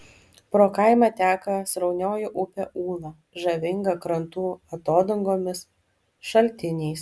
pro kaimą teka sraunioji upė ūla žavinga krantų atodangomis šaltiniais